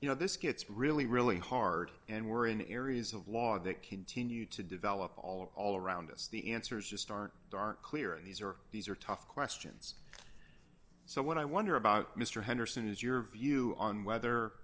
you know this gets really really hard and were in areas of law that continued to develop all of all around us the answers just aren't darn clear and these are these are tough questions so what i wonder about mr henderson is your view on whether